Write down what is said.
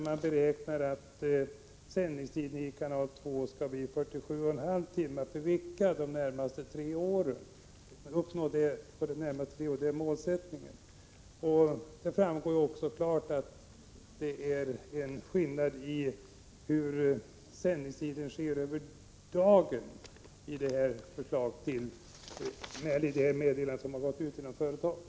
Man beräknar att sändningstiden i kanal 2 kommer att omfatta 47,5 timmar per vecka under de närmaste tre åren. Det är målsättningen. Det framgår klart av det meddelande som har gått ut inom företaget att det finns skillnader i fråga om fördelningen av sändningstiden under dagen.